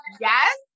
yes